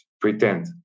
pretend